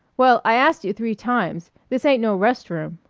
well, i ast you three times. this ain't no rest-room.